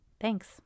Thanks